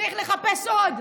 צריך לחפש עוד,